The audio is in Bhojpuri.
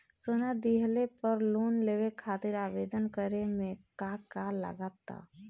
सोना दिहले पर लोन लेवे खातिर आवेदन करे म का का लगा तऽ?